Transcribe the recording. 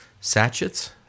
Sachets